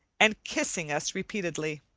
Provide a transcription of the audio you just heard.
and kissing us repeatedly.